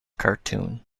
cartoon